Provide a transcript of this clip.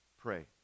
pray